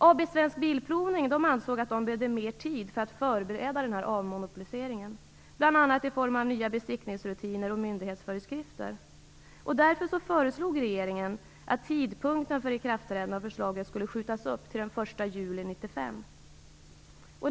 AB Svensk Bilprovning ansåg att det behövde mer tid för att förbereda avmonopoliseringen bl.a. i form av nya besiktningsrutiner och myndighetsföreskrifter. Därför föreslog regeringen att tidpunkten för ikraftträdandet skulle skjutas upp till den 1 juli 1995.